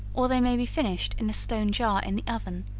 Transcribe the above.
or they may be finished in a stone jar in the oven,